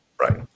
Right